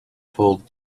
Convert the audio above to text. told